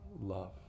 love